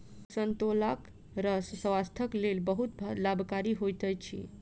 संतोलाक रस स्वास्थ्यक लेल बहुत लाभकारी होइत अछि